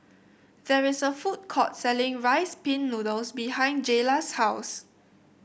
there is a food court selling Rice Pin Noodles behind Jaylah's house